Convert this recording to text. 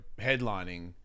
headlining